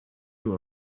you